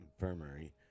Infirmary